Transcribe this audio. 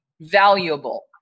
valuable